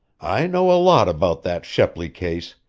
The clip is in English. i know a lot about that shepley case,